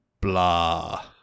blah